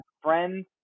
friends